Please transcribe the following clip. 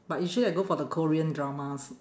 but usually I go for the korean dramas